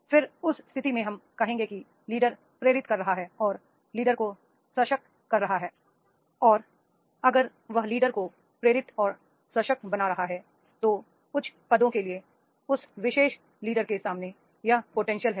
फिर उस स्थिति में हम कहेंगे कि लीडर प्रेरित कर रहा है और लीडर को सशक्त कर रहा हैi और अगर वह लीडर को प्रेरित और सशक्त बना रहा है तो उच्च पदों के लिए उस विशेष लीडर के सामने यह पोटेंशियल है